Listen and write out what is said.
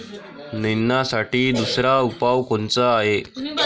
निंदनासाठी दुसरा उपाव कोनचा हाये?